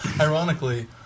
Ironically